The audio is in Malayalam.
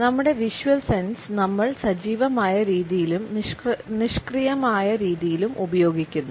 നമ്മുടെ വിഷ്വൽ സെൻസ് നമ്മൾ സജീവമായ രീതിയിലും നിഷ്ക്രിയമായ രീതിയിലും ഉപയോഗിക്കുന്നു